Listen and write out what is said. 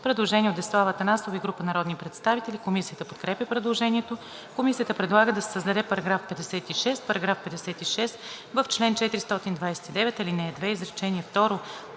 Предложение от Десислава Атанасова и група народни представители. Комисията подкрепя предложението. Комисията предлага да се създаде § 56: „§ 56. В чл. 429, ал. 2, изречение